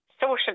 Social